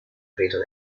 prieto